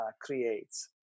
creates